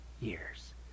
years